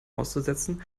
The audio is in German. auszusetzen